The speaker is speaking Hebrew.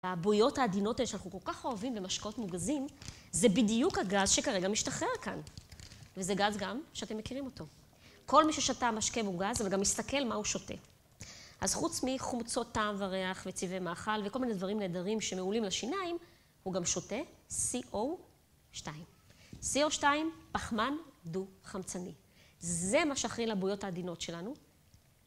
הבועיות העדינות האלה שאנחנו כל כך אוהבים במשקות מוגזים, זה בדיוק הגז שכרגע משתחרר כאן. וזה גז גם שאתם מכירים אותו, כל מי ששתה משקה מוגז וגם הסתכל מה הוא שותה. אז חוץ מחומצות טעם וריח וצבעי מאכל וכל מיני דברים נהדרים שמעולים לשיניים, הוא גם שותה CO2 .CO2, פחמן דו חמצני, זה מה שאחראי על הבועיות העדינות שלנו